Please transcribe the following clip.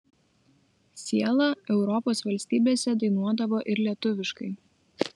siela europos valstybėse dainuodavo ir lietuviškai